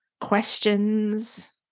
questions